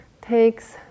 takes